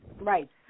Right